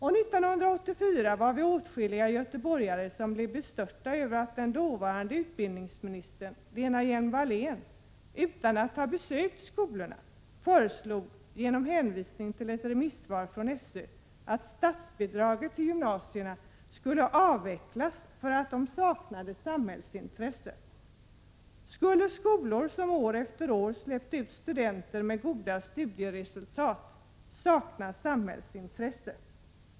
Vi var åtskilliga göteborgare som 1984 blev bestörta över att den dåvarande utbildningsministern, Lena Hjelm-Wallén, utan att ha besökt skolorna föreslog, genom hänvisning till ett remissvar från SÖ, att statsbidraget till gymnasierna skulle avvecklas, därför att skolorna saknade samhällsintresse. Skulle skolor som år efter år släppte ut studenter med goda studieresultat sakna samhällsintresse?